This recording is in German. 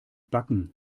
backen